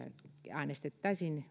äänestettäisiin